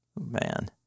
Man